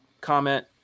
comment